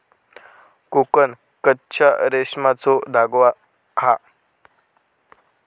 कोकन कच्च्या रेशमाचो धागो हा